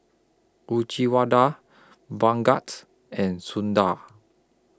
Bhagat's and Sundar